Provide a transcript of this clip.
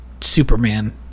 superman